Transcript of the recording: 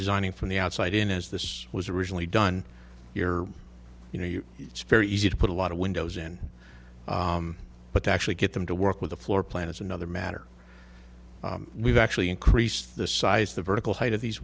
designing from the outside in as this was originally done you're you know you it's very easy to put a lot of windows in but to actually get them to work with a floor plan is another matter we've actually increased the size the vertical height of these